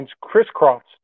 crisscrossed